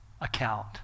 account